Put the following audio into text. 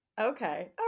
okay